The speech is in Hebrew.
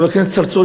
חבר הכנסת צרצור,